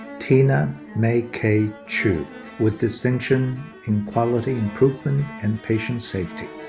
tina meikei chu with distinction in quality improvement and patient safety.